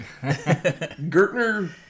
Gertner